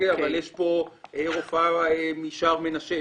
אבל יש פה רופאה משער מנשה,